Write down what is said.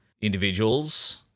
individuals